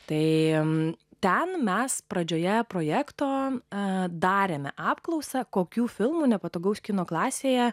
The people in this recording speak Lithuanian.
tai mums ten mes pradžioje projekto a darėme apklausą kokių filmų nepatogaus kino klasėje